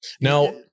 Now